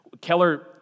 Keller